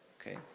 okay